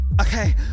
Okay